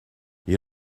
you